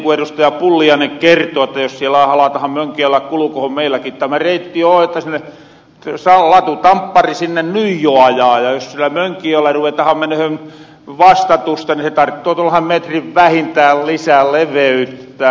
pulliainen kerto jotta jos siellä aletahan mönkijällä kulkohon meilläkin tämä reitti on jotta latutamppari sinne ny jo ajaa ja jos sillä mönkijällä ruvetahan mänöhön vastatusten niin ne tarttoo metrin vähintään lisää leveyttä